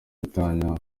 gatanya